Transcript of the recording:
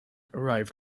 arrived